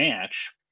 match